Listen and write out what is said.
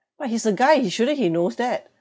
but he's a guy he shouldn't he knows that